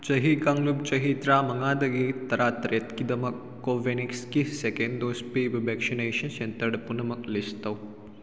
ꯆꯍꯤ ꯀꯥꯡꯂꯨꯞ ꯆꯍꯤ ꯇꯔꯥꯃꯉꯥꯗꯒꯤ ꯇꯔꯥꯇꯔꯦꯠꯀꯤꯗꯃꯛ ꯀꯣꯚꯦꯅꯤꯛꯁꯒꯤ ꯁꯦꯀꯦꯟ ꯗꯣꯁ ꯄꯤꯕ ꯚꯦꯛꯁꯤꯅꯦꯁꯟ ꯁꯦꯟꯇꯔ ꯄꯨꯝꯅꯃꯛ ꯂꯤꯁ ꯇꯧ